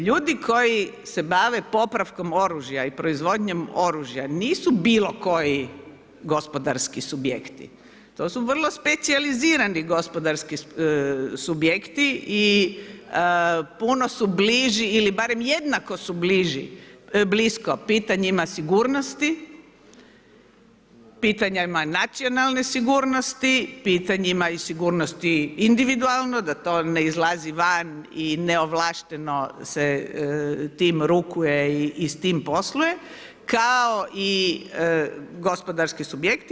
Ljudi koji se bave popravkom oružja i proizvodnjom oružja nisu bilo koji gospodarski subjekti to su vrlo specijalizirani gospodarski subjekti i puno su bliži ili barem jednako su blisko pitanjima sigurnosti, pitanjima nacionalne sigurnosti, pitanjima i sigurnosti individualno da to ne izlazi van i neovlašteno se tim rukuje i s tim posluje kao i gospodarski subjekti.